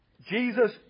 Jesus